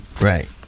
right